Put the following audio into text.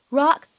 rock